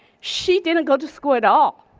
she didn't got to school at all.